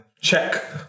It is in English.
check